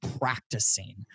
practicing